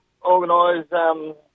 organise